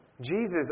Jesus